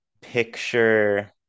picture